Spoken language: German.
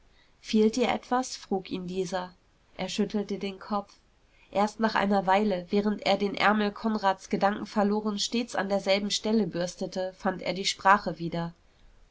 fehlt dir etwas frug ihn dieser er schüttelte den kopf erst nach einer weile während er den ärmel konrads gedankenverloren stets an derselben stelle bürstete fand er die sprache wieder